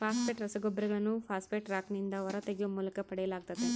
phosphate ರಸಗೊಬ್ಬರಗಳನ್ನು phosphate ರಾಕ್ನಿಂದ ಹೊರತೆಗೆಯುವ ಮೂಲಕ ಪಡೆಯಲಾಗ್ತತೆ